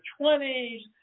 20s